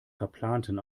verplanten